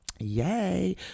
Yay